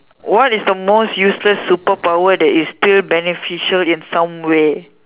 what is the most useless superpower that is still beneficial in some way